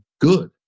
good